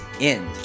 end